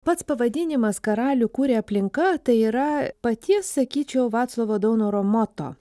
pats pavadinimas karalių kuria aplinka tai yra pati sakyčiau vaclovo daunoro moto